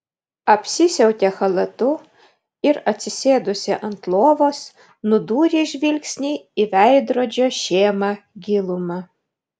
apsisiautė chalatu ir atsisėdusi ant lovos nudūrė žvilgsnį į veidrodžio šėmą gilumą